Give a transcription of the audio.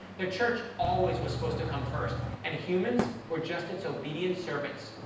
the church always was supposed to come first, and humans were just its obedient servants.